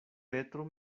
petro